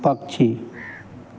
पक्षी